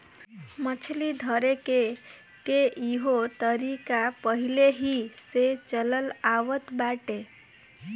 मछली धरेके के इहो तरीका पहिलेही से चलल आवत बाटे